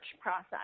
process